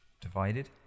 Divided